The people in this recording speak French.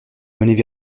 monnaies